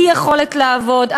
אי-יכולת לעבוד,